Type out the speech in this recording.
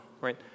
Right